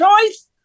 choice